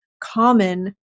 common